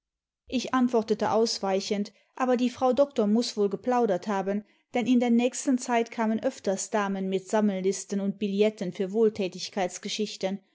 ich antwortete ausweichend aber die frau doktor muß wohl geplaudert haben denn in der nächsten zeit kamen öfters damen nüt sanmiellisten und billetten für